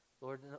Lord